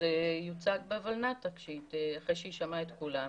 זה יוצג ב-ולנת"ע אחרי שיישמעו כולם.